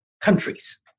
countries